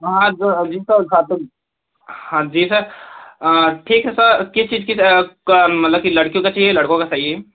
हाँ जो अभी था तो हाँ जी सर अँ ठीक है सर किस चीज की क मतलब की लड़कियो का चाहिए लड़को का चाहिए